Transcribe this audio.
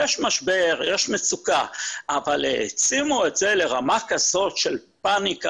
יש משבר ויש מצוקה אבל העצימו את זה לרמה כזאת של פאניקה